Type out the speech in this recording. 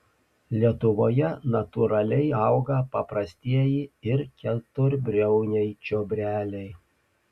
lietuvoje natūraliai auga paprastieji ir keturbriauniai čiobreliai